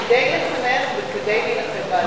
כדי לחנך וכדי להילחם באלימות.